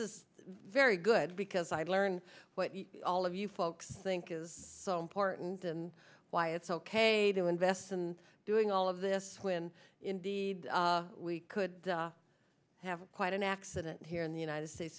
is very good because i learn what all of you folks think is so important and why it's ok to invest and doing all of this when indeed we could have quite an accident here in the united states